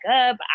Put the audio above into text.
up